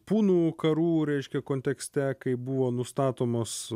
pūnų karų reiškia kontekste kai buvo nustatomos